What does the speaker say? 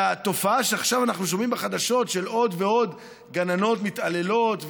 התופעה שעכשיו אנחנו שומעים בחדשות של עוד ועוד גננות מתעללות,